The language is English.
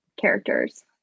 characters